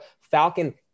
Falcon